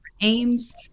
aims